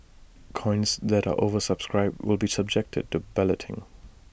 coins that are oversubscribed will be subjected to balloting